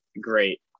great